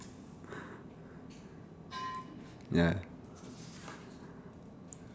ya